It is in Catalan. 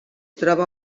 troba